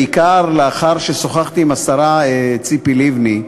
בעיקר לאחר ששוחחתי עם השרה ציפי לבני,